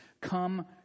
come